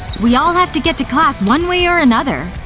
we all have to get to class one way or another.